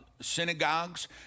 synagogues